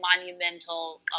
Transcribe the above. monumental